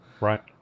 right